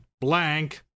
blank